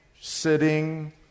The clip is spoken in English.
sitting